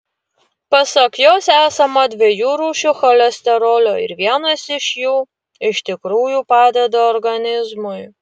pasak jos esama dviejų rūšių cholesterolio ir vienas iš jų iš tikrųjų padeda organizmui